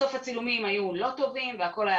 ובסוף הצילומים היו לא טובים והכל היה